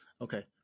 Okay